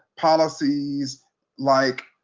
policies like,